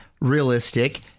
realistic